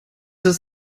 ist